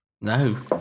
No